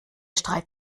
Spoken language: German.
streit